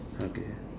okay